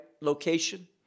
location